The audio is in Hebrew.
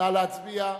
נא להצביע.